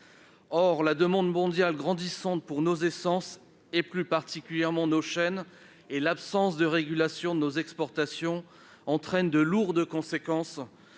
Or la demande mondiale grandissante pour nos essences, et particulièrement nos chênes, et l'absence de régulation de nos exportations entraînent de lourdes conséquences